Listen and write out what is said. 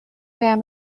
پایم